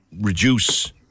reduce